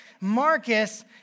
Marcus